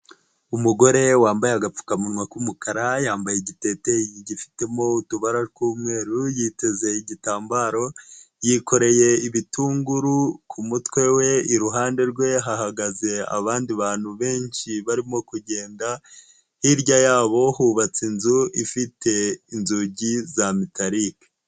Umugore wambaye agapfukamunwa k'umukara yambaye igiteteyi gifitemo utubara tw'umweru yiteze igitambaro, yikoreye ibitunguru ku mutwe we iruhande rwe hahagaze abandi bantu benshi barimo kugenda, hirya yabo hubatse inzu ifite inzugi za metarike.